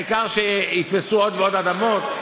העיקר שיתפסו עוד ועוד אדמות?